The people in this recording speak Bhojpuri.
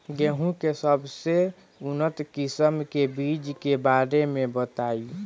गेहूँ के सबसे उन्नत किस्म के बिज के बारे में बताई?